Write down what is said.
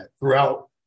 throughout